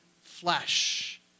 flesh